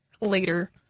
later